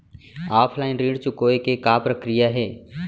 Offline ऋण चुकोय के का प्रक्रिया हे?